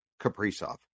Kaprizov